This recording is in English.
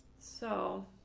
so.